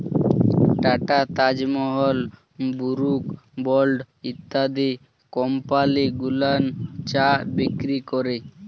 tata, Taj Mahal, Brooke Bond ইত্যাদি কমপালি গুলান চা বিক্রি ক্যরে